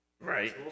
Right